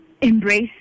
embrace